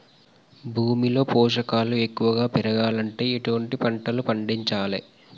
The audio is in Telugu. భూమిలో పోషకాలు ఎక్కువగా పెరగాలంటే ఎటువంటి పంటలు పండించాలే?